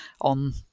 on